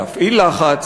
להפעיל לחץ,